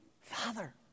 Father